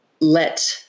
let